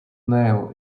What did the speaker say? nail